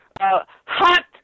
hot